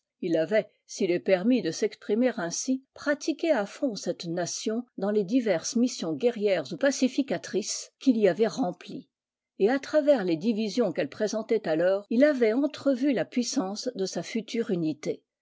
il avait s'il est permis de s'exprimer ainsi pratiqué à fond cette nation dans les diverses missions guerrières ou pacificatrices qu'il y avait remplies et à travers les divisions qu'elle présentait alors il avait entrevu la puissance de sa future unité